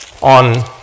on